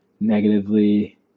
negatively